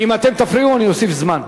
אם אתם תפריעו אני אוסיף זמן.